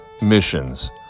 missions